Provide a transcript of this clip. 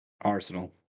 Arsenal